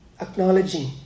acknowledging